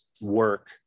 work